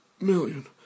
million